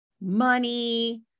money